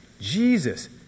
Jesus